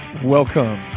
Welcome